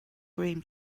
cream